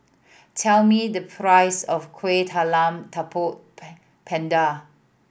tell me the price of Kueh Talam Tepong Pandan